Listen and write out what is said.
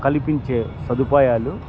కల్పించే సదుపాయాలు